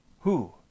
Who